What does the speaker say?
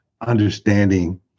understanding